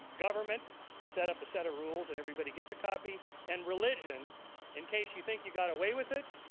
government to set up a set of rules, and everybody gets a copy and religion in case you think you got away with it,